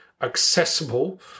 accessible